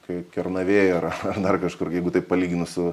kaip kernavėj yra dar kažkur jeigu taip palyginus su